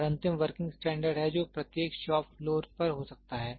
और अंतिम working standard है जो प्रत्येक शॉप फ्लोर पर हो सकता है